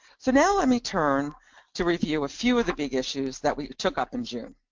so now let me turn to review a few of the big issues that we took up in june.